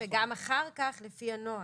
וגם אחר כך לפי הנוהל.